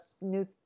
new